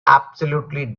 absolutely